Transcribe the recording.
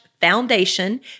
foundation